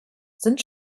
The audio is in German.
sind